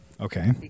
Okay